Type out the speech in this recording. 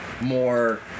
more